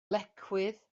lecwydd